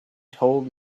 told